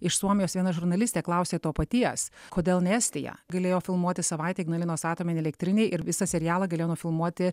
iš suomijos viena žurnalistė klausė to paties kodėl ne estija galėjo filmuoti savaitę ignalinos atominėj elektrinėj ir visą serialą galėjo nufilmuoti